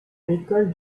l’école